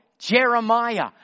Jeremiah